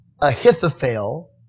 Ahithophel